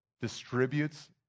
distributes